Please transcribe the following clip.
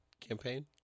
campaign